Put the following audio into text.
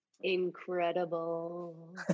Incredible